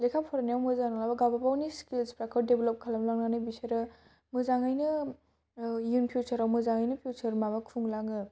लेखा फरायनायाव मोजां नङाब्लाबो गाबागावनि स्किल्सफ्राखौ डेभेलप खालाम लांनानै बिसोरो मोजाङैनो इयुन फिउचाराव मोजाङैनो इयुन फिउचाराव माबा खुंलाङो